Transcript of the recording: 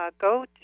go